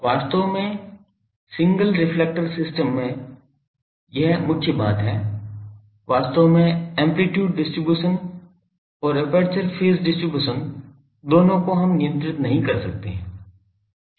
वास्तव में single reflector system में यह मुख्य बात है वास्तव में एम्पलीटूड डिस्ट्रीब्यूशन और एपर्चर फेज डिस्ट्रीब्यूशन दोनों को हम नियंत्रित नहीं कर सकते हैं